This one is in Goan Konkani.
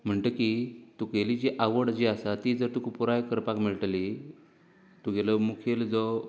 म्हणटकीर तुगेली जी आवड जी आसा ती जर तुका पुराय करपाक मेळटली तुगेलो मुखेल जो